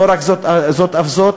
לא רק זאת אף זאת: